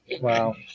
Wow